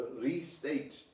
restate